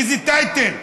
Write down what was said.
איזה טייטל.